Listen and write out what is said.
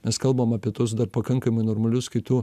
mes kalbam apie tuos dar pakankamai normalius kai tu